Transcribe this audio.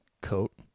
coat